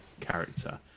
character